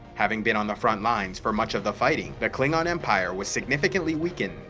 having been on the front lines for much of the fighting, the klingon empire was significantly weakened,